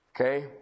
Okay